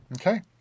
Okay